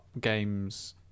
games